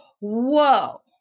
whoa